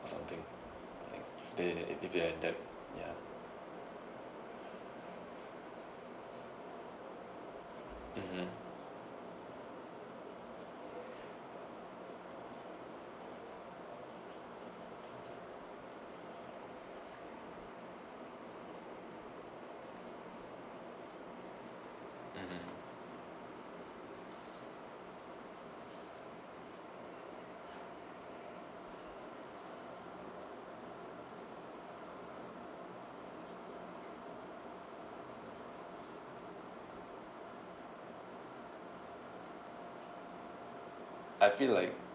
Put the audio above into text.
something like if they if they have that ya mmhmm mmhmm I feel like